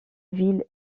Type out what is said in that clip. ville